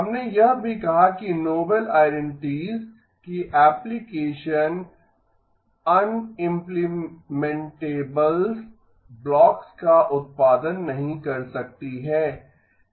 हमने यह भी कहा कि नोबेल आईदेन्तितीस की एप्लीकेशन अनइम्प्लीमेंटऐबल ब्लॉक्स का उत्पादन नहीं कर सकती है